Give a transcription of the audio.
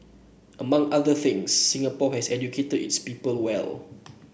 among other things Singapore has educated its people well